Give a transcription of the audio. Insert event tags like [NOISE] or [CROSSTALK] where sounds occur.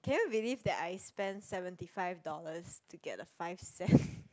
can you believe that I spend seventy five dollars to get a five cent [BREATH]